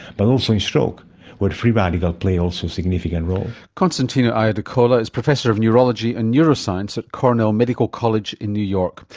but also in stroke where free radicals play also a significant role. constantino iadecola is professor of neurology and neuroscience at cornell medical college in new york.